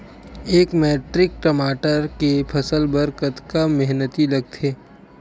एक मैट्रिक टमाटर के फसल बर कतका मेहनती लगथे?